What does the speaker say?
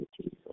Jesus